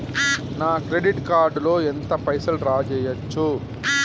నా credit card లో ఎంత పైసల్ డ్రా చేయచ్చు?